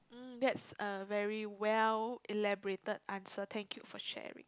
mm that's a very well elaborated answer thank you for sharing